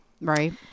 right